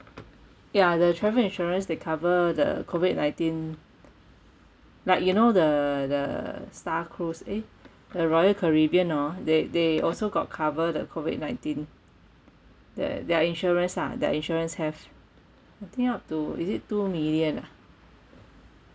ya the travel insurance they cover the COVID nineteen like you know the the star cruise eh the royal caribbean orh they they also got cover the COVID nineteen their their insurance ah their insurance have I think up to is it two million ah